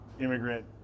immigrant